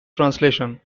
translation